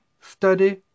study